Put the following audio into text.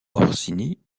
orsini